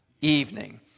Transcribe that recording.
evening